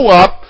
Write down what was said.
up